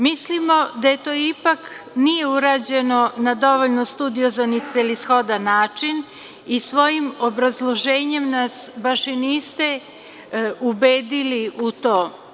Mislimo da to ipak nije urađeno na dovoljno studiozan i celishodan način i svojim obrazloženjem nas baš i niste ubedili u to.